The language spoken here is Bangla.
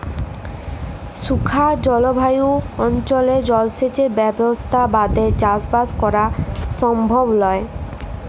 শুখা জলভায়ু অনচলে জলসেঁচের ব্যবসথা বাদে চাসবাস করা সমভব লয়